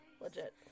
legit